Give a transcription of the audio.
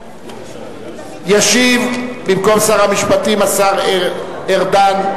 ישיב במקום שר המשפטים השר ארדן,